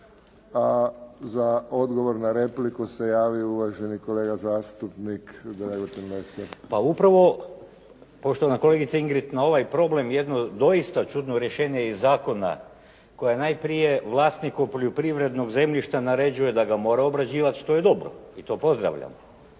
Za odgovor na repliku se javio uvaženi kolega zastupnik Dragutin Lesar. **Lesar, Dragutin (Nezavisni)** Pa upravo, poštovana kolegice Ingrid na ovaj problem jedno doista čudno rješenje iz zakona koje najprije vlasniku poljoprivrednog zemljišta naređuje da ga mora obrađivati što je dobro i to pozdravljam.